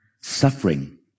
Suffering